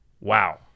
Wow